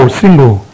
single